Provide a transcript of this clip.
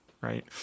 right